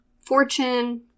Fortune